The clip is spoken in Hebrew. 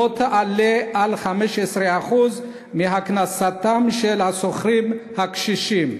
תעלה על 15% מהכנסתם של השוכרים הקשישים,